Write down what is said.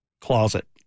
Closet